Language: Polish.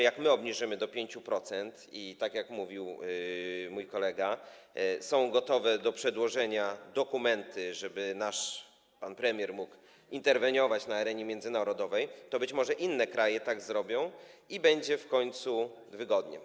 Jak obniżymy podatek do 5% - jak mówił mój kolega, są gotowe do przedłożenia dokumenty, żeby nasz pan premier mógł interweniować na arenie międzynarodowej - to być może inne kraje też tak zrobią i będzie w końcu wygodnie.